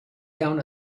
down